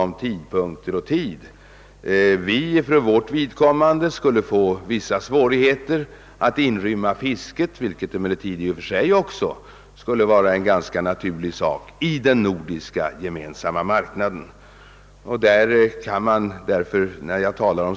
Vi skulle för vårt vidkommande få vissa svårigheter att inrymma fisket, vilket emellertid också är betydelsefullt för den gemensamma nordiska marknaden.